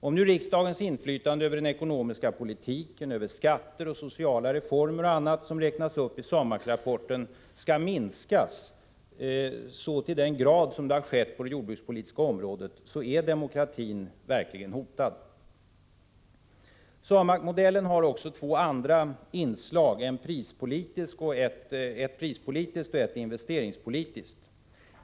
Om nu riksdagens inflytande över den ekonomiska politiken, skatter, sociala reformer och annat som räknas upp i SAMAK rapporten skall minskas så till den grad som har skett på det jordbrukspolitiska området, är demokratin verkligen hotad. SAMAK-modellen har också två andra inslag, ett prispolitiskt och ett investeringspolitiskt.